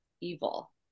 evil